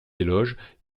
éloges